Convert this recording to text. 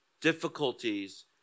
difficulties